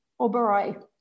Oberoi